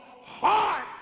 heart